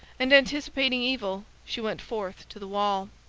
and anticipating evil she went forth to the wall.